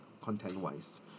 content-wise